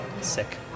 Sick